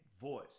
voice